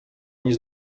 nic